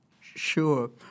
Sure